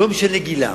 לא משנה גילם.